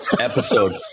Episode